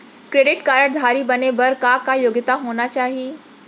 Credit card धारी बने बर का का योग्यता होना चाही?